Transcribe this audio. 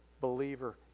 believer